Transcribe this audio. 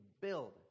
build